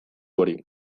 hori